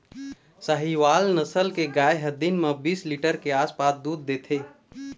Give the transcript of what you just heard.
साहीवाल नसल के गाय ह दिन म बीस लीटर के आसपास दूद देथे